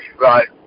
right